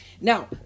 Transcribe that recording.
now